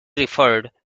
referred